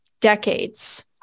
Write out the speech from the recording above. decades